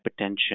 hypertension